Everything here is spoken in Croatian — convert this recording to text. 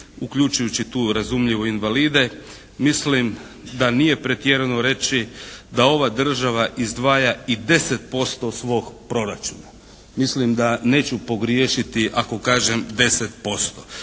uključujući tu razumljivo invalide mislim da nije pretjerano reći da ova država izdvaja i 10% svog proračuna. Mislim da neću pogriješiti ako kažem 10%.